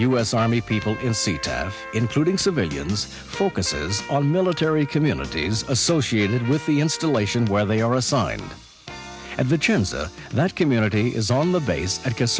us army people in c cast including civilians focuses on military communities associated with the installation where they are assigned at the gym that community is on the base i guess